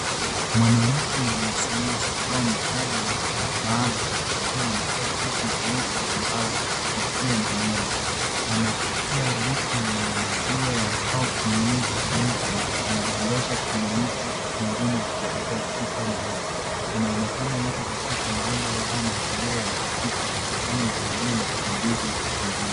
Mwanamke mwanasayansi au mtaalam wa maabara akiwa amevaa koti jeupe la maabara na kofia ya nywele anashikia birika yenye maziwa au kiminiki cheupe na anadondosha kiminiki kingine kutoka chupa ndogo. Inaonekana yuko katika maabara au mazingira ya utafiti akifanya jaribio la uchunguzi kingine.